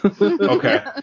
Okay